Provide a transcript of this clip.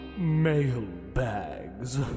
Mailbags